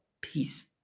peace